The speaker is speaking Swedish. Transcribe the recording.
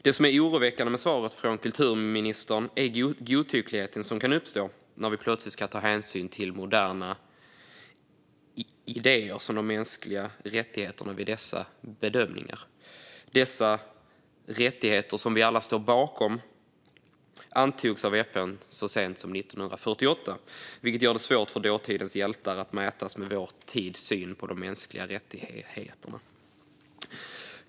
Det som är oroväckande med svaret från kulturministern är godtyckligheten som kan uppstå när vi plötsligt ska ta hänsyn till moderna idéer som de mänskliga rättigheterna vid dessa eventuella bedömningar. Dessa rättigheter, som vi alla står bakom, antogs av FN så sent som 1948, vilket gör det svårt för dåtidens hjältar att mätas mot vår tids syn på de mänskliga rättigheterna.